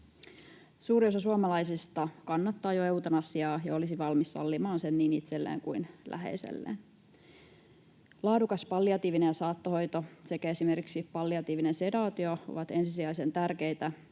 Suuri osa suomalaisista kannattaa jo eutanasiaa ja olisi valmis sallimaan sen niin itselleen kuin läheiselleen. Laadukas palliatiivinen ja saattohoito sekä esimerkiksi palliatiivinen sedaatio ovat ensisijaisen tärkeitä,